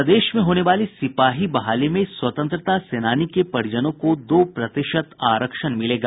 प्रदेश में होने वाली सिपाही बहाली में स्वतंत्रता सेनानी के परिजनों को दो प्रतिशत आरक्षण मिलेगा